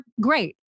great